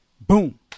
Boom